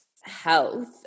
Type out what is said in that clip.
health